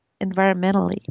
environmentally